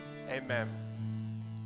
Amen